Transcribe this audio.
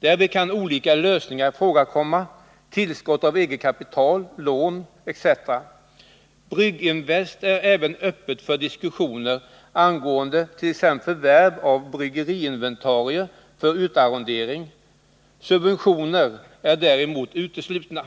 Därvid kan olika lösningar ifrågakomma, tillskott av eget kapital, lån etc. Brygginvest är även öppet för diskussioner angående t.ex. förvärv av bryggeriinventarier för utarrendering. Däremot är subventioner uteslutna.